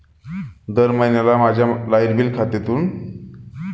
दर महिन्याला माझ्या लाइट बिल खात्यातून देय तारखेला जमा होतील का?